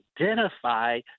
identify